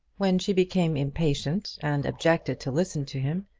when she became impatient and objected to listen to him,